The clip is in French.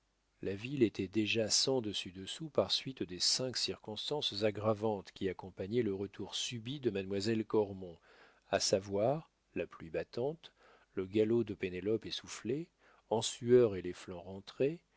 la ville était déjà cen dessus dessous par suite des cinq circonstances aggravantes qui accompagnaient le retour subit de mademoiselle cormon à savoir la pluie battante le galop de pénélope essoufflée en sueur et les flancs rentrés